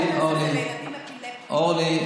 השמן הזה הוא לילדים אפילפטיים,